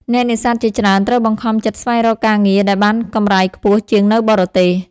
អ្នកនេសាទជាច្រើនត្រូវបង្ខំចិត្តស្វែងរកការងារដែលបានកម្រៃខ្ពស់ជាងនៅបរទេស។